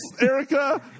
Erica